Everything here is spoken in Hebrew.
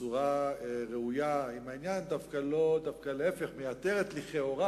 בצורה ראויה עם העניין, מייתרת לכאורה